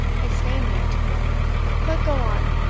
exclaimed the antiquary but go on.